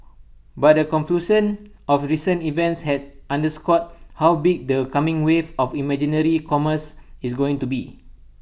but A confluence of recent events has underscored how big their coming wave of imaginary commerce is going to be